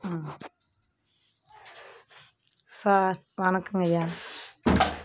ஆ sir வணக்கங்கய்யா